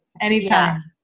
Anytime